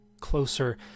closer